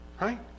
right